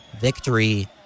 victory